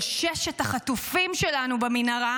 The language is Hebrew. של ששת החטופים שלנו במנהרה,